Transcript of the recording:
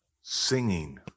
singing